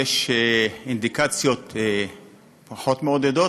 יש אינדיקציות פחות מעודדות,